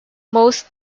most